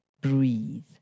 breathe